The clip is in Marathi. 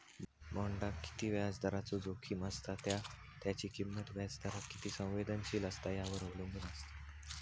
बॉण्डाक किती व्याजदराचो जोखीम असता त्या त्याची किंमत व्याजदराक किती संवेदनशील असता यावर अवलंबून असा